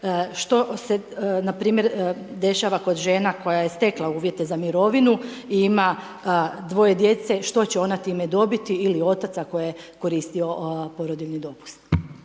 što se npr. dešava kod žena koja je stekla uvjete za mirovinu i ima dvoje djece što će ona time dobiti ili otac ako je koristio porodiljni dopust.